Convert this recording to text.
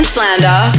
Slander